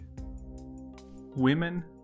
Women